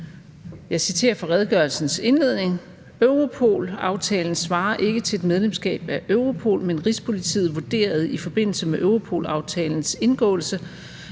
Jeg citerer fra redegørelsens indledning: »Europol-aftalen svarer ikke til et medlemsskab af Europol, men Rigspolitiet vurderede i forbindelse med Europol-aftalens indgåelse,